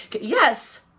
yes